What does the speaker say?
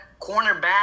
cornerback